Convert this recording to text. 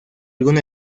algún